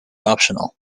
optional